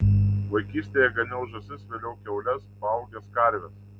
vaikystėje ganiau žąsis vėliau kiaules paaugęs karves